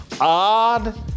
Odd